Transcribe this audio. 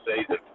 season